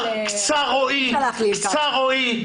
קצר רואי.